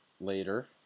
later